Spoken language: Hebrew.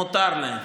מותר להם.